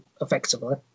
effectively